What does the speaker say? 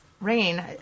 Rain